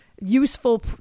Useful